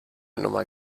nummer